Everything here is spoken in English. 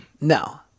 No